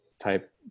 type